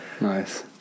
Nice